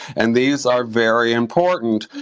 and these are very important.